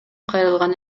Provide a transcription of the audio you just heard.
кайрылган